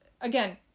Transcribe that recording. again